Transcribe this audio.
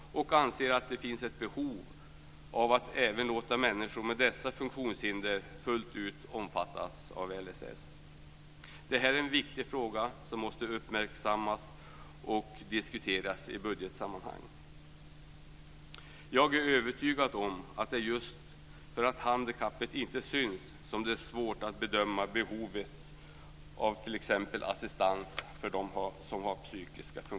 Vi anser att det finns ett behov av att även låta människor med dessa funktionshinder fullt ut omfattas av LSS. Det här är en viktig fråga som måste uppmärksammas och diskuteras i budgetsammanhang. Jag är övertygad om att det är just för att handikappet inte syns som det är så svårt att bedöma behovet av t.ex.